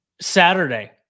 saturday